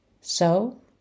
So